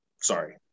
sorry